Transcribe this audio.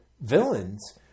villains